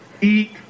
eat